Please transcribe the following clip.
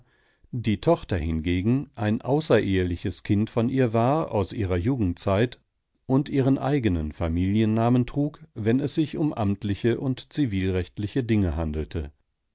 die tochter hingegen ein außereheliches kind von ihr war aus ihrer jugendzeit und ihren eigenen familiennamen trug wenn es sich um amtliche und zivilrechtliche dinge handelte